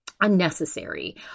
unnecessary